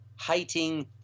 hating